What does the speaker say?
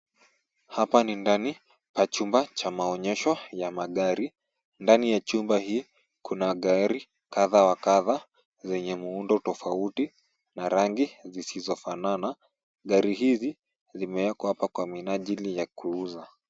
Hapa ni ndani ya chumba cha maonyesho ya magari. Ndani ya chumba hii kuna gari kadha wa kadha zenye muundo tofauti na rangi zisizofanana. Gari hizi zimewekwa hapa kwa minajili ya kuuza.